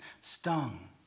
stung